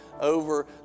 over